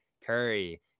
Curry